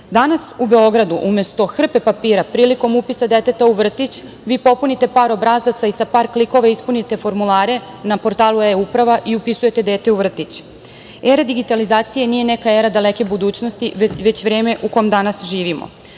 u Beogradu umesto hrpe papira prilikom upisa deteta u vrtić vi popunite par obrazaca i sa par klikova ispunite formulare na portalu e-Uprava i upisujete dete u vrtić. Era digitalizacije nije neka era daleke budućnosti već vreme u kojem danas živimo.